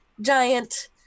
giant